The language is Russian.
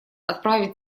отправить